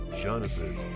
Jonathan